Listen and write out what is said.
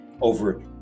over